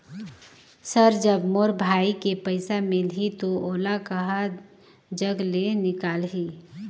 Sir जब मोर भाई के पइसा मिलही तो ओला कहा जग ले निकालिही?